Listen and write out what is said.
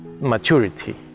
maturity